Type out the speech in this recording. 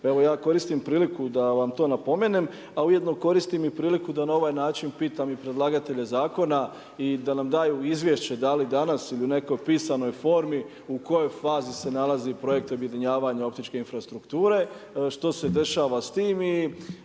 evo ja koristim priliku da vam to napomenem, a ujedino koristim i priliku da na ovaj način pitam i predlagatelje zakona i da nam daju izvješće, da li danas ili u nekoj pisanoj formi, u kojoj fazi se nalazi projekt objedinjavanja optičke infrastrukture, što se dešava s tim i